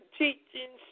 teaching